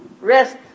rest